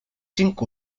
cinc